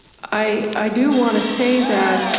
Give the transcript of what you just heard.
i do wanna say that